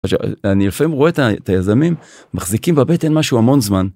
אני אפילו רואה את היזמים מחזיקים בבטן משהו המון זמן.